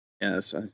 Yes